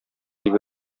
дип